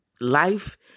Life